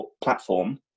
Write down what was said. platform